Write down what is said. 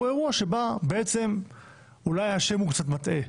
הוא אירוע שבעצם אולי השם קצת מטעה,